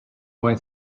way